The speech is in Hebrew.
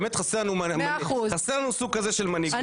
באמת חסר לנו סוג כזה של מנהיגות.